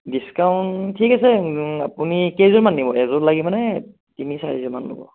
discount ঠিক আছে আপুনি কেইযোৰমান নিব এযোৰ লাগিব নে তিনি চাৰিযোৰ মান ল'ব